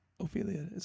Ophelia